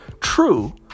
True